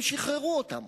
הם שחררו אותם,